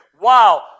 wow